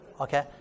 Okay